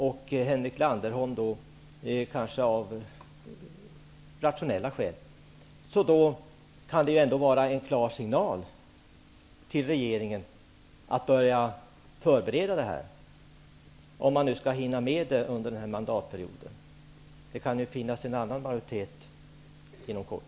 Det finns rationella skäl för att genomföra vårt förslag, och då kan ju ändå debatten i dag vara en klar signal till regeringen att börja förbereda ett genomförande av det, om man skall hinna med det under den här mandatperioden -- det kan ju finnas en annan majoritet inom kort.